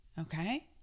okay